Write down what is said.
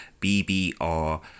BBR